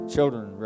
Children